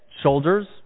shoulders